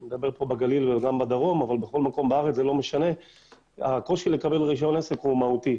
אני מדבר על הגליל אבל בכל מקום בארץ הוא מהותי.